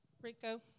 Rico